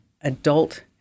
adult